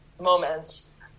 moments